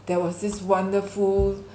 there was this wonderful